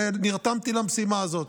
ונרתמתי למשימה הזאת.